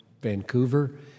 Vancouver